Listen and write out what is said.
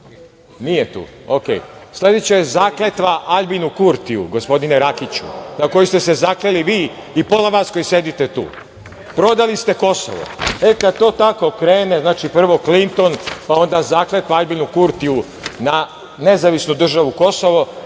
nije tu. Okej. Sledeća je zakletva Aljbinu Kurtiju, na koju ste se zakleli vi i pola vas koji sedite tu, prodali ste Kosovo, i kada to tako krene, prvo Klinton, pa onda zakletva Aljbinu Kurtiju, na nezavisnu državu Kosovo,